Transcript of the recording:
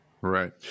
Right